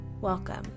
Welcome